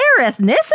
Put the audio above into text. ethnicity